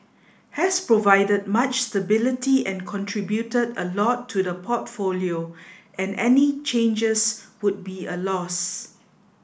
has provided much stability and contributed a lot to the portfolio and any changes would be a loss